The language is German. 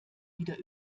wieder